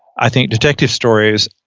i think, detective stories,